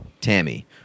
Tammy